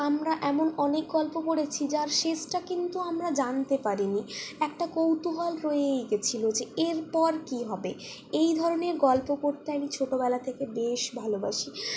আমরা এমন অনেক গল্প পড়েছি যার শেষটা কিন্তু আমরা জানতে পারিনি একটা কৌতূহল রয়েই গেছিলো যে এরপর কী হবে এই ধরনের গল্প পড়তে আমি ছোটোবেলা থেকে বেশ ভালোবাসি